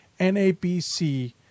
NABC